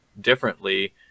differently